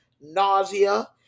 nausea